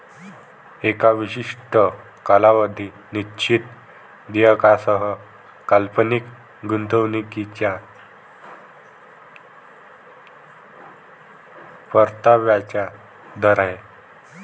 एका विशिष्ट कालावधीत निश्चित देयकासह काल्पनिक गुंतवणूकीच्या परताव्याचा दर आहे